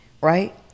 right